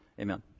amen